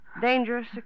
dangerous